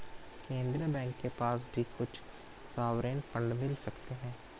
केन्द्रीय बैंक के पास भी कुछ सॉवरेन फंड मिल सकते हैं